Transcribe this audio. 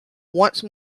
once